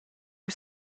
you